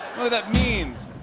that mean?